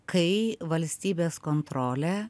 kai valstybės kontrolė